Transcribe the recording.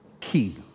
key